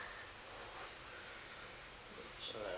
uh